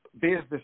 business